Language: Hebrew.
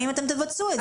האם אתם תבצעו את זה?